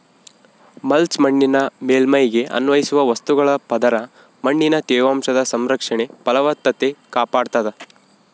mulch ಮಣ್ಣಿನ ಮೇಲ್ಮೈಗೆ ಅನ್ವಯಿಸುವ ವಸ್ತುಗಳ ಪದರ ಮಣ್ಣಿನ ತೇವಾಂಶದ ಸಂರಕ್ಷಣೆ ಫಲವತ್ತತೆ ಕಾಪಾಡ್ತಾದ